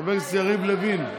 חבר הכנסת יריב לוין,